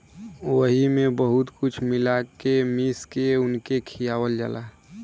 वही मे बहुत कुछ मिला के मीस के उनके खियावल जाला